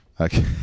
Okay